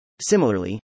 Similarly